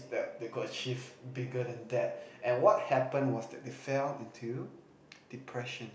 that they could achieve bigger than that and what happen was that they fell into depression